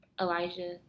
Elijah